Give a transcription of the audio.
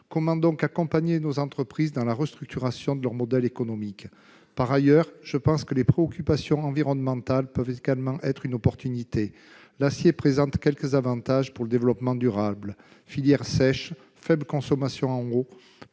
Comment accompagner nos entreprises dans la restructuration de leur modèle économique ? Par ailleurs, je pense que les préoccupations environnementales peuvent être une chance. L'acier présente quelques avantages pour le développement durable : filière sèche, faible consommation en eau,